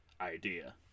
idea